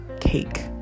cake